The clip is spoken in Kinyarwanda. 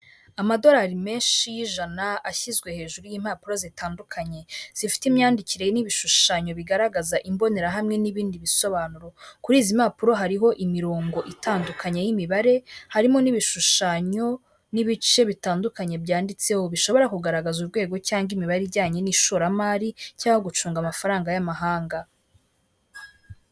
Amadolari menshi y'ijana ashyizwe hejuru y'impapuro zitandukanye, zifite imyandikire n'ibishushanyo bigaragaza imbonerahamwe n'ibindi bisobanuro. Kuri izi mpapuro hariho imirongo itandukanye y'imibare harimo n'ibishushanyo, n' ibice bitandukanye byanditseho bishobora kugaragaza urwego cyangwa imibare ijyanye n'ishoramari cyangwa gucunga amafaranga y'amahanga.